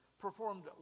performed